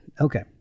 Okay